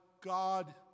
God